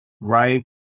right